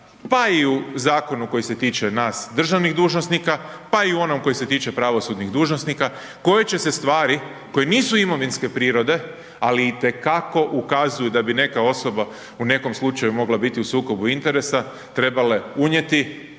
pa i u zakonu koji se tiče nas državnih dužnosnika pa i u onom koji se tiče pravosudnih dužnosnika, koje će se stvari koje nisu imovinske prirode, ali itekako ukazuju da bi neka osoba u nekom slučaju mogla biti u sukobu interesa, trebale unijeti